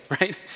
right